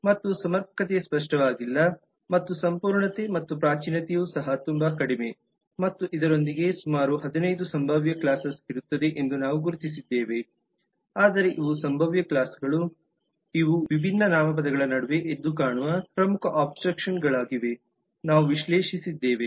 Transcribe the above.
ಮತ್ತು ಸಮರ್ಪಕತೆ ಸ್ಪಷ್ಟವಾಗಿಲ್ಲ ಮತ್ತು ಸಂಪೂರ್ಣತೆ ಮತ್ತು ಪ್ರಾಚೀನತೆಯು ಸಹ ತುಂಬಾ ಕಡಿಮೆ ಮತ್ತು ಇದರೊಂದಿಗೆ ಸುಮಾರು 15 ಸಂಭಾವ್ಯ ಕ್ಲಾಸೆಸ್ ಇರುತ್ತದೆ ಎಂದು ನಾವು ಗುರುತಿಸಿದ್ದೇವೆ ಆದರೆ ಇವು ಸಂಭಾವ್ಯ ಕ್ಲಾಸ್ಗಳು ಇವು ವಿಭಿನ್ನ ನಾಮಪದಗಳ ನಡುವೆ ಎದ್ದು ಕಾಣುವ ಪ್ರಮುಖ ಅಬ್ಸ್ಟ್ರಾಕ್ಷನ್ ಗಳಾಗಿವೆ ನಾವು ವಿಶ್ಲೇಷಿಸಿದ್ದೇವೆ